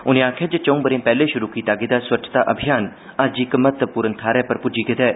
उनें आक्खेआ जे च'ऊं बरें पैहले शुरू कीता गेदा स्वच्छता अभियान अज्ज इक्क महत्वपूर्ण थाह्रै पर पुज्जी गेदा ऐ